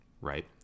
right